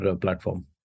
platform